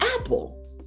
Apple